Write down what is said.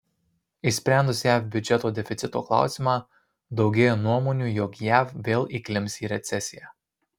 išsprendus jav biudžeto deficito klausimą daugėja nuomonių jog jav vėl įklimps į recesiją